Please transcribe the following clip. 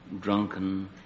drunken